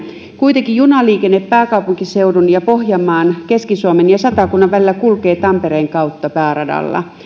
kuitenkin junaliikenne pääkaupunkiseudun ja pohjanmaan keski suomen ja satakunnan välillä kulkee tampereen kautta pääradalla